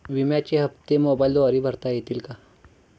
विम्याचे हप्ते मोबाइलद्वारे भरता येतील का?